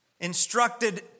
instructed